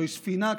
זוהי ספינה עצומה,